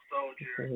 Soldier